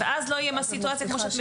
ואז לא תהיה סיטואציה כמו שאת מתארת.